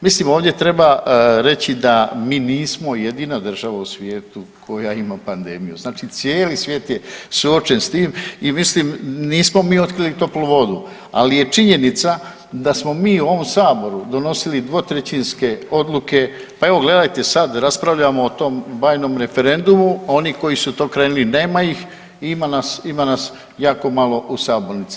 Mislim, ovdje treba reći da mi nismo jedina država u svijetu koja ima pandemiju, znači cijeli svijet je suočen s tim i mislim, nismo mi otkrili toplu vodu, ali je činjenica da smo mi u ovom Saboru donosili dvotrećinske odluke, pa evo, gledajte sad, raspravljamo o tom bajnom referendumu, oni koji su to krenili nema ih, ima nas jako malo u sabornici.